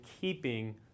keeping